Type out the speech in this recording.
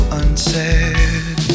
unsaid